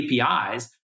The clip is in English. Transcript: APIs